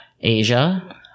asia